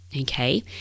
Okay